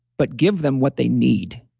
but give them what they need.